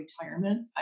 retirement